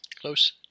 close